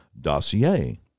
dossier